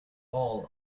all